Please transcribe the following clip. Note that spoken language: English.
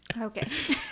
Okay